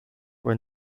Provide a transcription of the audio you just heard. were